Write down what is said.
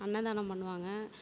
அன்னதானம் பண்ணுவாங்க